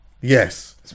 yes